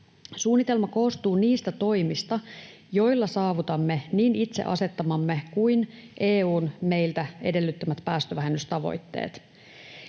Suunnitelma koostuu niistä toimista, joilla saavutamme niin itse asettamamme kuin EU:n meiltä edellyttämät päästövähennystavoitteet.